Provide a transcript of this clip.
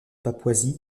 papouasie